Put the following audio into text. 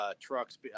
trucks